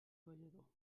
ballador